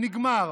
נגמר.